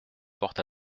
porte